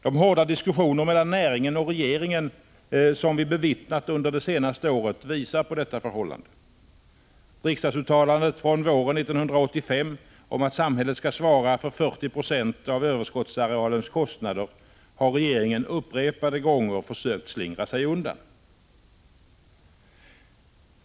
De hårda diskussioner mellan näringen och regeringen, som vi bevittnat under det senaste året, visar på detta förhållande. Riksdagsuttalandet från våren 1985 om att samhället skall svara för 40 J6 av överskottsarealens kostnader har regeringen upprepade gånger försökt slingra sig undan.